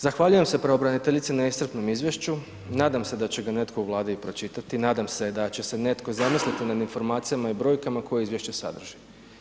Zahvaljujem se pravobraniteljici na iscrpnom izvješću, nadam se da će ga netko u Vladi i pročitati, nadam se da će se netko zamisliti nad informacijama i brojkama koje izvješće sadrži.